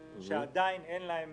שעדיין אין להם